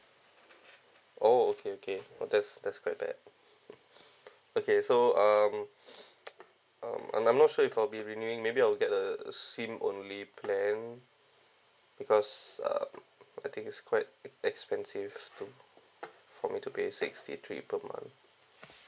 orh okay okay that's that's quite bad okay so um I'm I'm not sure if I'll be renewing maybe I'll get the SIM only plan because uh I think is quite ex~ expensive too for me to pay sixty three per month